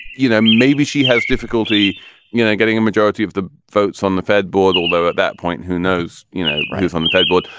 you know, maybe she has difficulty you know getting a majority of the votes on the fed board, although at that point, who knows, you know, who's on the fed board.